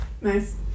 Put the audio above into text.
Nice